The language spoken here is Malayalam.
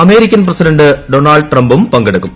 അമേരിക്കൻ പ്രസിഡന്റ് ഡൊണാൾഡ് ട്രംപും പങ്കെടുക്കും